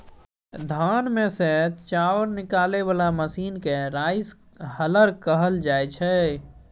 धान मे सँ चाउर निकालय बला मशीन केँ राइस हलर कहल जाइ छै